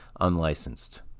unlicensed